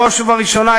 בראש ובראשונה,